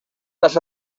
las